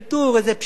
איזה פשרה,